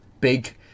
big